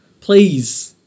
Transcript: Please